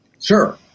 sure